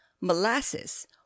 molasses